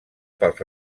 pels